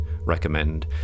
recommend